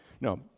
No